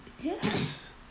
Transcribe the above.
Yes